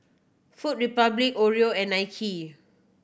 Food Republic Oreo and Nike